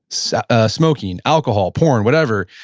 so ah smoking, alcohol, porn, whatever,